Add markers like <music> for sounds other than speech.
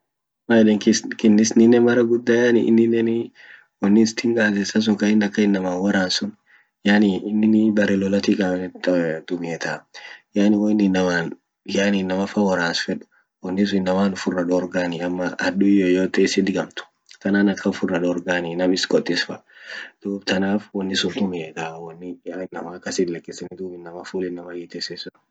man yeden kis Kinisinen mara guda yani ininenii woni stinger yeden ka isan sun ka in akan inaman woran sun yani inini bere lolatin <unintelligible> tumietaa yani ho in inaman yani inamafa woransfed woni sun inaman ufira dorgani ama hadui yoyote isit gamt tan akan ufira dorgani nam is qotis fa tanaf woni sun tumietaa yani woni <unintelligible> ful inama itesan sun.